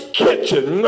kitchen